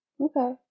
okay